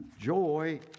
Joy